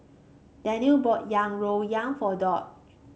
Derald bought yang rou yang for Doc